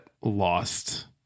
lost